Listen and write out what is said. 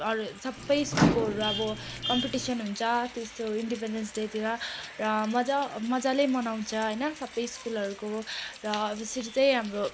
अरू सबै स्कुलकोहरू अब कम्पिटिसन हुन्छ त्यस्तो इन्डेपेन्डेन्स डेतिर र मजा मजाले मनाउँछ होइन सबै स्कुलहरूको र अब यसरी चाहिँ हाम्रो